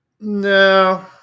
no